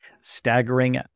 staggering